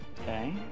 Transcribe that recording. Okay